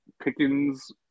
Pickens